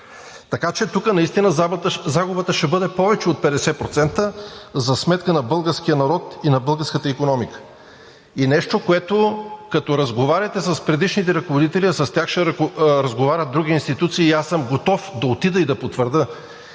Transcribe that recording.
Така че тук наистина загубата ще бъде повече от 50% за сметка на българския народ и на българската икономика. И нещо, което, като разговаряте с предишните ръководители, а с тях ще разговарят други институции и съм готов да отида и да потвърдя,